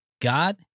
God